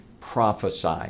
prophesy